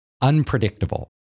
unpredictable